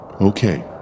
Okay